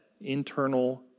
internal